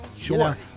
Sure